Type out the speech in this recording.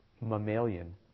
mammalian